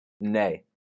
nay